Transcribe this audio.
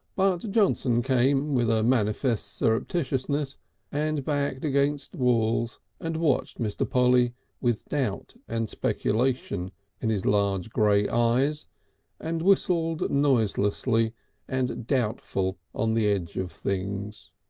but johnson came with a manifest surreptitiousness and backed against walls and watched mr. polly with doubt and speculation in his large grey eyes and whistled noiselessly and doubtful on the edge of things.